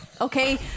okay